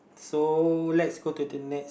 so let's put to team nets